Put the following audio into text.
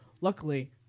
Luckily